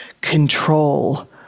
control